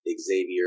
Xavier